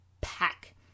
pack